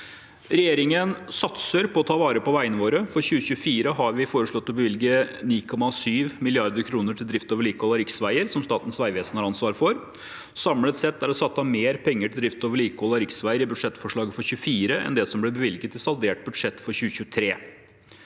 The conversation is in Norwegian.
Regjeringen satser på å ta vare på veiene våre. For 2024 har vi foreslått å bevilge 9,7 mrd. kr til drift og vedlikehold av riksveier, som Statens vegvesen har ansvar for. Samlet sett er det satt av mer penger til drift og vedlikehold av riksveier i budsjettforslaget for 2024 enn det som ble bevilget i saldert budsjett for 2023.